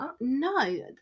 No